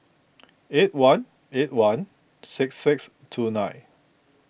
eight one eight one six six two nine